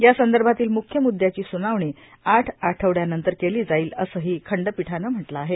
या संदर्भातील मुख्य मुद्याची सुनावणी आठ आठवड्यानंतर केली जाईल असंही खंडपीठानं म्हटलं आहे